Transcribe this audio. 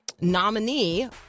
nominee